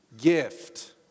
Gift